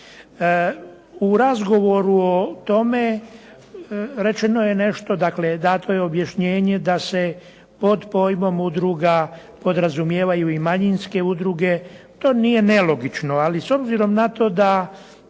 U razgovoru o tome rečeno je nešto dato je objašnjenje da se pod pojmom udruga, podrazumijevaju i manjinske udruge to nije nelogično, ali s obzirom da